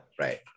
right